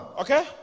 Okay